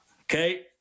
Okay